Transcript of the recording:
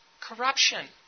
corruption